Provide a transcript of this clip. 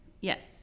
yes